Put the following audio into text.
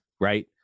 right